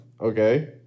Okay